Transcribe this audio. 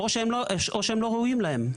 בהחלט, או שהם לא ראויים להם.